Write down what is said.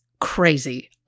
crazy